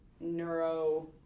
Neuro